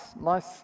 nice